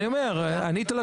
היו אחרים שאמרו: מאוד חשוב לנו